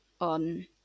on